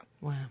Wow